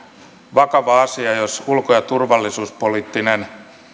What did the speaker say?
vakava asia jos ulko ja turvallisuuspoliittinen